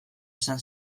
izan